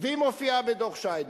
והיא מופיעה בדוח-שיינין.